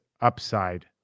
upside